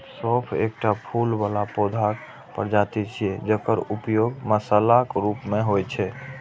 सौंफ एकटा फूल बला पौधाक प्रजाति छियै, जकर उपयोग मसालाक रूप मे होइ छै